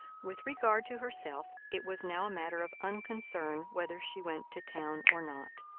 with regard to herself, it was now a matter of unconcern whether she went to town or not,